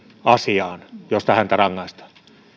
asiaan josta häntä rangaistaan